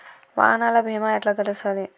వాహనాల బీమా ఎట్ల తెలుస్తది?